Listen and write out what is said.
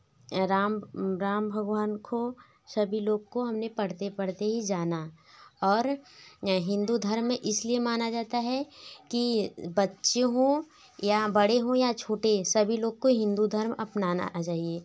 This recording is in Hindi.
राम राम भगवान को सभी लोग को हमने पढ़ते पढ़ते ही जाना और हिंदू धर्म इसलिए माना जाता है कि बच्चे हो या बड़े हो या छोटे सभी लोग को हिंदू धर्म अपनाना आजाइए